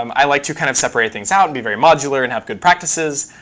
um i like to kind of separate things out and be very modular and have good practices.